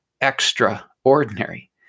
extraordinary